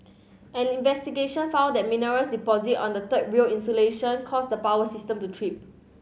an investigation found that mineral deposits on the third rail insulation caused the power system to trip